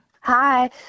Hi